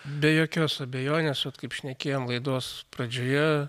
be jokios abejonės vat kaip šnekėjom laidos pradžioje